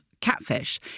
Catfish